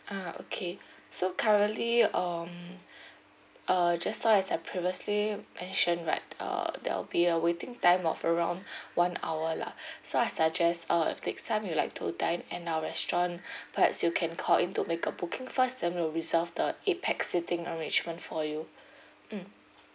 ah okay so currently um uh just now as I previously mentioned right uh there will be a waiting time of around one hour lah so I suggest uh if next time you would like to dine at our restaurant perhaps you can call in to make a booking first then we'll reserve the eight pax seating arrangement for you